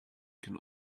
can